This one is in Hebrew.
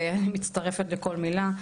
ואני מצטרפת לכל מילה,